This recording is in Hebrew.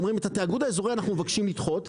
אומרים את התיאגוד האזורי אנחנו מבקשים לדחות.